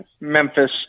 Memphis